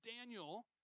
Daniel